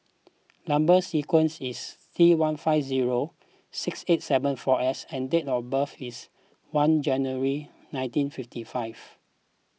Number Sequence is T one five zero six eight seven four S and date of birth is one January nineteen fifty five